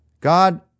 God